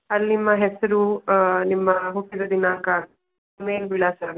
ಅಲ್ಲಿ ನಿಮ್ಮ ಹೆಸರು ನಿಮ್ಮ ಹುಟ್ಟಿದ ದಿನಾಂಕ ಈಮೇಲ್ ವಿಳಾಸ